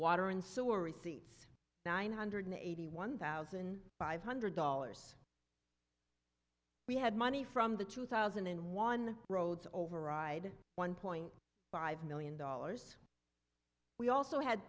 water and sewer receipts nine hundred eighty one thousand five hundred dollars we had money from the two thousand and one roads override one point five million dollars we also had